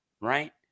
right